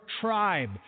tribe